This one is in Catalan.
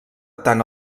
tant